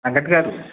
వెంకట్ గారు